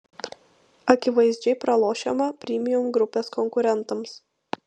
akivaizdžiai pralošiama premium grupės konkurentams